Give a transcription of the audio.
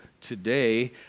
today